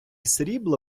срібла